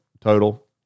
total